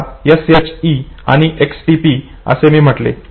आता SHE आणि XTP असे मी म्हटले